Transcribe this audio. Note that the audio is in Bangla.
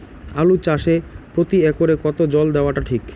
আলু চাষে প্রতি একরে কতো জল দেওয়া টা ঠিক?